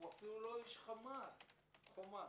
אפילו לא איש חומרים מסוכנים.